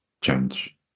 change